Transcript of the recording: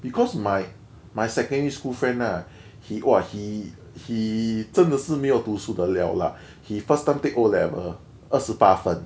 because my my secondary school friend lah he !wah! he he 真的是没有读书的 liao lah he first time take O level 二十八分